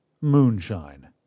Moonshine